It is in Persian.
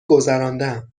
گذراندم